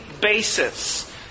basis